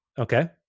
Okay